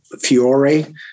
Fiore